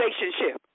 relationship